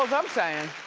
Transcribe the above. i'm sayin'.